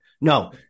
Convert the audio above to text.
No